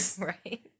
Right